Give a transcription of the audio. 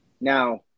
now